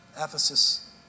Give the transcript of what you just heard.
Ephesus